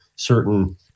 certain